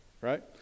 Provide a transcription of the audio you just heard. right